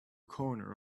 corner